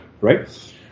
right